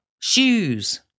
Shoes